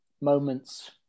moments